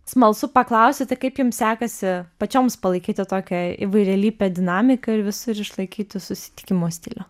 smalsu paklausti tai kaip jums sekasi pačioms palaikyti tokią įvairialypę dinamiką ir visur išlaikyti susitikimo stilių